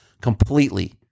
completely